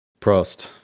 Prost